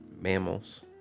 Mammals